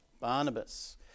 Barnabas